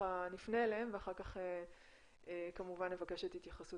נפנה אליהם ואחר כך כמובן נבקש את התייחסות